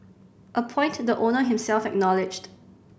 a point the owner himself acknowledged